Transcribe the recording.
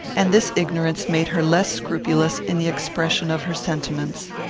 and this ignorance made her less scrupulous in the expression of her sentiments.